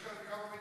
גם אנחנו